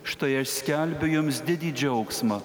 štai aš skelbiu jums didį džiaugsmą